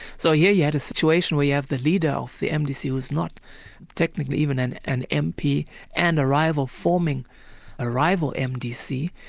so here you had a situation where you have the leader of the mdc was not technically even and an mp and a rival forming a rival mdc.